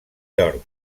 york